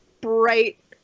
bright